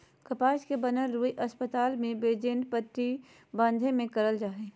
कपास से बनल रुई अस्पताल मे बैंडेज पट्टी बाँधे मे करल जा हय